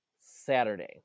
Saturday